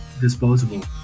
disposable